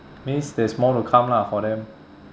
means there's more to come lah for them